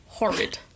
Horrid